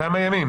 כמה ימים